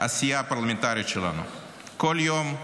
העשייה הפרלמנטרית שלנו כל יום,